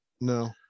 No